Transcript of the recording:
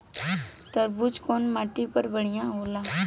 तरबूज कउन माटी पर बढ़ीया होला?